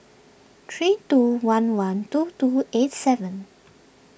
three two one one two two eight seven